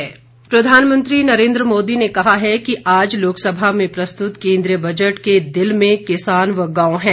प्रधानमंत्री प्रधानमंत्री नरेन्द्र मोदी ने कहा है कि आज लोकसभा में प्रस्तुत केन्द्रीय बजट के दिल में किसान व गांव है